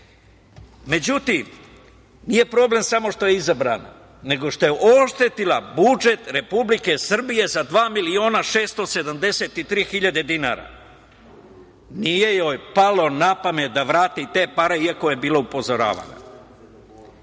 Međutim, nije problem samo što je izabrana, nego što je oštetila budžet Republike Srbije za 2.673.000 dinara. Nije joj palo na pamet da vrati te pare, iako je bila upozoravana. Uvaženi